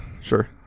Sure